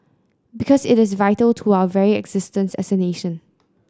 because it is vital to our very existence as a nation